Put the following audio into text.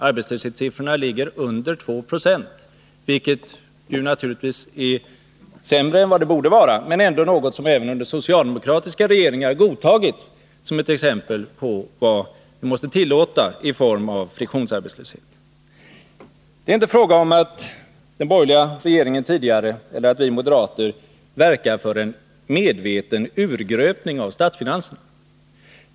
Arbetslöshetssiffrorna ligger under 2 90, vilket naturligtvis är sämre än det borde vara men ändå är något som även under socialdemokratiska regeringar godtagits som exempel på vad vi måste tillåta i form av friktionsarbetslöshet. Det är inte fråga om att den borgerliga regeringen tidigare verkat eller att vi moderater nu verkar för en medveten urgröpning av statsfinanserna.